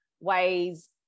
ways